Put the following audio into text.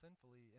sinfully